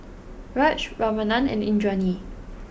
Raj Ramanand and Indranee